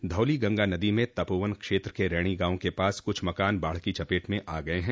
धौली गंगा नदी में तपोवन क्षेत्र के रैणी गांव के पास कुछ मकान बाढ़ की चपेट में आ गये हैं